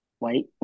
wait